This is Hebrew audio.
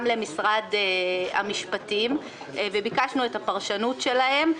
למשרד המשפטים וביקשנו את הפרשנות שלהם.